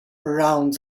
around